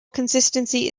consistency